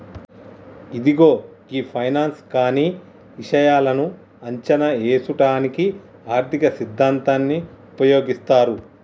ఇదిగో గీ ఫైనాన్స్ కానీ ఇషాయాలను అంచనా ఏసుటానికి ఆర్థిక సిద్ధాంతాన్ని ఉపయోగిస్తారు